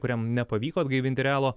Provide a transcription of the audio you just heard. kuriam nepavyko atgaivinti realo